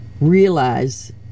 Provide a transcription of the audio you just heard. realize